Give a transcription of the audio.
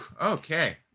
Okay